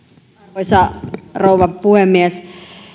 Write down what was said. arvoisa rouva puhemies